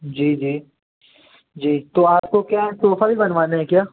जी जी जी तो आपको क्या सोफ़ा भी बनवाने है क्या